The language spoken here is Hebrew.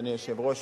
אדוני היושב-ראש,